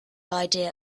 idea